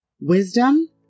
wisdom